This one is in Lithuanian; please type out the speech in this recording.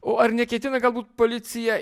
o ar neketina galbūt policija